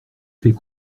fait